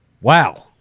Wow